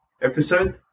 episode